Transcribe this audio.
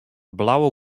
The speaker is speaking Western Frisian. blauwe